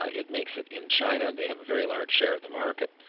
ah it makes it in china. they have a very large share of the market.